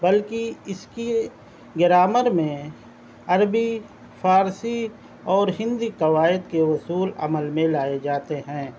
بلکہ اس کی گرامر میں عربی فارسی اور ہندی قواعد کے اصول عمل میں لائے جاتے ہیں